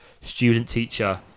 student-teacher